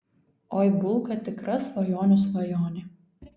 oi bulka tikra svajonių svajonė